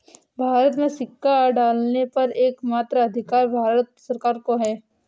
भारत में सिक्का ढालने का एकमात्र अधिकार भारत सरकार को है